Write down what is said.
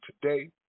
Today